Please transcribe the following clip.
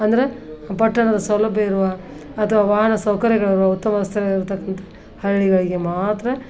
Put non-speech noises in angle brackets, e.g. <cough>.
ಅಂದರೆ ಪಟ್ಟಣದ ಸೌಲಭ್ಯ ಇರುವ ಅಥವಾ ವಾಹನ ಸೌಕರ್ಯಗಳಿರುವ ಉತ್ತಮ <unintelligible> ಇರತಕ್ಕಂಥ ಹಳ್ಳಿಗಳಿಗೆ ಮಾತ್ರ